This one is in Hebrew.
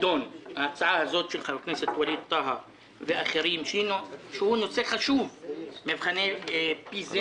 ההצעה הזאת של חבר הכנסת ווליד טאהא ואחרים בנושא מבחני פיזה,